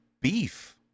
beef